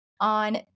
on